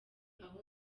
aho